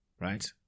right